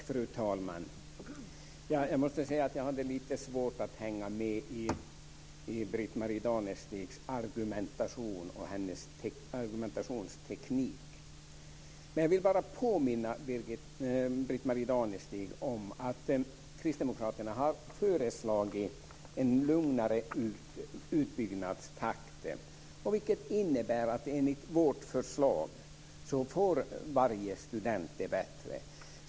Fru talman! Jag måste säga att jag hade lite svårt att hänga med i Britt-Marie Danestigs argumentationsteknik. Jag vill bara påminna Britt-Marie Danestig om att kristdemokraterna har föreslagit en lugnare utbyggnadstakt. Det innebär att enligt vårt förslag får varje student det bättre.